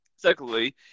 Secondly